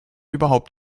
überhaupt